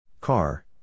Car